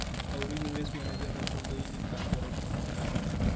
अउरी निवेश मैनेजर रखल गईल ई काम करे खातिर